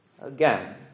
again